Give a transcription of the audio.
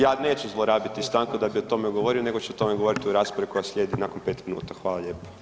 Ja neću zlorabiti stanku da bi o tome govorio, nego ću o tome govoriti u raspravi koja slijedi nakon 5 minuta.